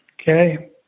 okay